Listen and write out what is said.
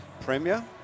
Premier